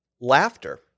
laughter